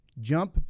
Jump